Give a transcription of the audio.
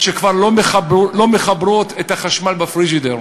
שכבר לא מחברות את החשמל לפריג'ידר